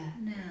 Now